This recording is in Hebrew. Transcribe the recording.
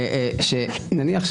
שנניח,